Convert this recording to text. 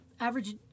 average